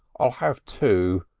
i'll have two.